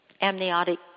amniotic